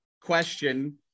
question